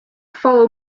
follow